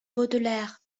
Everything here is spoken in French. baudelaire